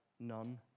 none